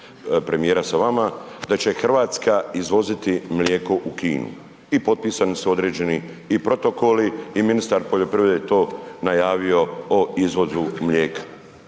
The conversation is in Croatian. premijera sa vama da će RH izvoziti mlijeko u Kinu i potpisani su određeni i protokoli i ministar poljoprivrede je to najavio o izvozu mlijeka.